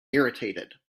irritated